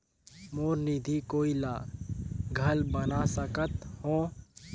मोर निधि कोई ला घल बना सकत हो?